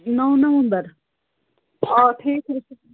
نو number آ ٹھیٖک